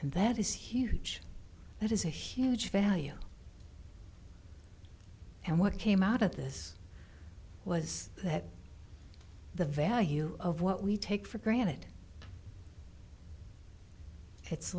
and that is huge that is a huge failure and what came out of this was that the value of what we take for granted it's